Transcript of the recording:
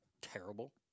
terrible